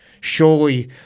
surely